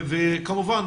וכמובן,